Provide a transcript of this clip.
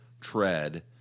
tread